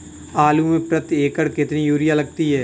आलू में प्रति एकण कितनी यूरिया लगती है?